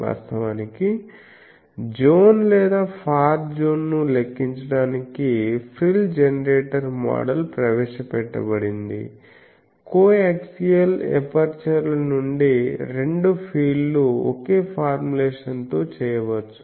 వాస్తవానికి జోన్ లేదా ఫార్ జోన్ను లెక్కించడానికి ఫ్రిల్ జెనరేటర్ మోడల్ ప్రవేశపెట్టబడింది కో యాక్సియల్ ఎపర్చర్ల నుండి రెండు ఫీల్డ్లు ఒకే ఫార్ములేషన్ తో చేయవచ్చు